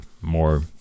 more